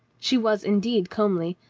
she was indeed comely,